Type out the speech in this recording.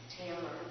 Taylor